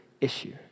issue